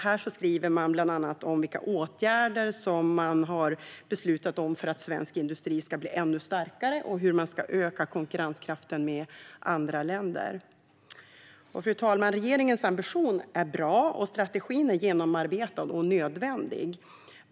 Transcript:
Här skriver man bland annat om vilka åtgärder som man har beslutat om för att svensk industri ska bli ännu starkare och hur man ska öka konkurrenskraften gentemot andra länder. Fru talman! Regeringens ambition är bra, och strategin är genomarbetad och nödvändig.